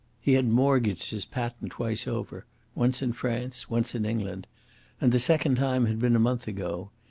he had mortgaged his patent twice over once in france, once in england and the second time had been a month ago.